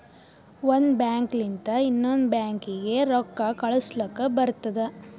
ಒಂದ್ ಬ್ಯಾಂಕ್ ಲಿಂತ ಇನ್ನೊಂದು ಬ್ಯಾಂಕೀಗಿ ರೊಕ್ಕಾ ಕಳುಸ್ಲಕ್ ಬರ್ತುದ